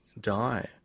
die